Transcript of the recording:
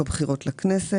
לא נעזרת.